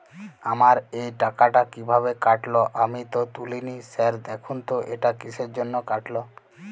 আমার এই টাকাটা কীভাবে কাটল আমি তো তুলিনি স্যার দেখুন তো এটা কিসের জন্য কাটল?